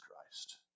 Christ